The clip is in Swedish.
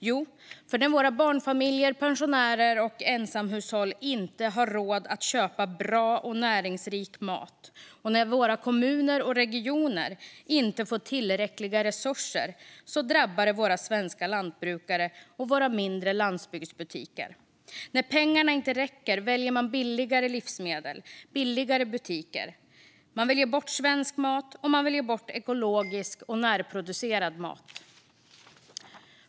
Jo, när våra barnfamiljer, pensionärer och ensamhushåll inte har råd att köpa bra och näringsrik mat och när våra kommuner och regioner inte får tillräckliga resurser drabbar det våra svenska lantbrukare och våra mindre landsbygdsbutiker. När pengarna inte räcker väljer man billigare livsmedel och billigare butiker, man väljer bort svensk mat och man väljer bort ekologisk och närproducerad mat.